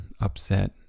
upset